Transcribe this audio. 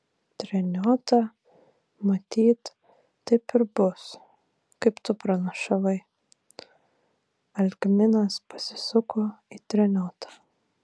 treniota matyt taip ir bus kaip tu pranašavai algminas pasisuko į treniotą